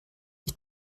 ich